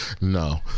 No